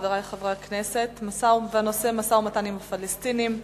חברי חברי הכנסת: משא-ומתן עם הפלסטינים,